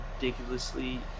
ridiculously